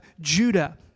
Judah